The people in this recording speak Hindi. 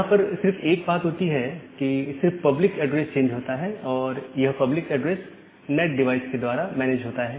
यहां पर सिर्फ एक बात होती है कि सिर्फ पब्लिक एड्रेस चेंज होता है और यह पब्लिक ऐड्रेस नैट डिवाइस के द्वारा मैनेज होता है